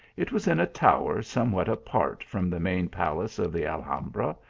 it was in a tower somewhat apart from the main palace of the alhambra,